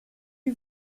lui